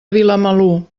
vilamalur